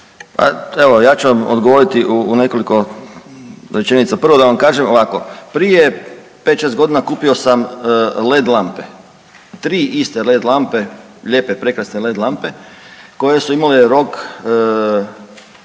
Evo, ja ću vam odgovoriti u nekoliko rečenica, prvo da vam kažem, ovako prije 5-6 godina kupio sam led lampe, 3 iste led lampe, lijepe prekrasne led lampe koje su imale rok